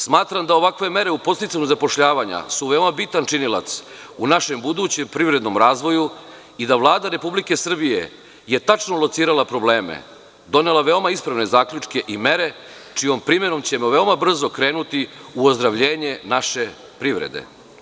Smatram da ovakve mere u podsticanju zapošljavanja su veoma bitan činilac u našem budućem privrednom razvoju i da Vlada RS je tačno locirala probleme, donela veoma ispravne zaključke i mere čijom primenom ćemo veoma brzo krenuti u ozdravljenje naše privrede.